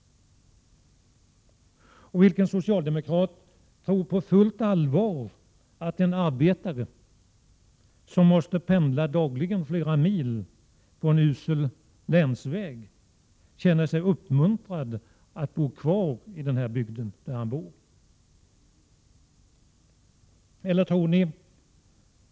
Och vilken socialdemokrat tror på fullt allvar att en arbetare, som dagligen måste pendla flera mil på en usel länsväg, känner sig uppmuntrad att bo kvar i den bygd där han bor?